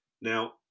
Now